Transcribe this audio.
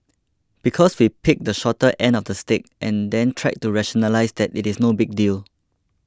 because we picked the shorter end of the stick and then tried to rationalise that it is no big deal